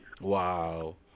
Wow